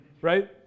Right